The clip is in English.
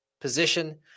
position